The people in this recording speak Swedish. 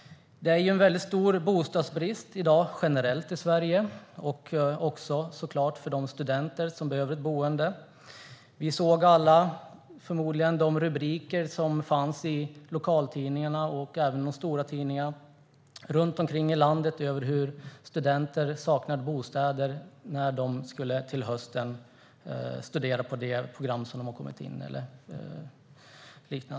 Det råder stor bostadsbrist generellt i Sverige i dag. Det gäller såklart också de studenter som behöver ett boende. Vi såg förmodligen alla de rubriker som fanns i lokaltidningar runt om i landet, och även i de stora tidningarna, om hur studenter saknade bostäder när de till hösten skulle studera på det program de hade kommit in på.